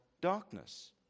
darkness